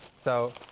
so,